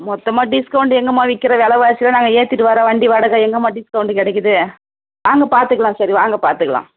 மொத்தமாக டிஸ்கவுண்ட் எங்கம்மா விற்கிற விலவாசில நாங்கள் ஏத்திகிட்டு வர வண்டி வாடகை எங்கம்மா டிஸ்கவுண்ட்டு கிடைக்குது வாங்க பார்த்துக்குலாம் சரி வாங்க பார்த்துக்குலாம்